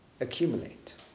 accumulate